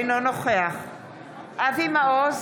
אינו נוכח אבי מעוז,